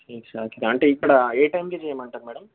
షేక్ షాకిరా అంటే ఇక్కడ ఏ టైమ్కి చేయమంటారు మేడమ్